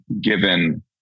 given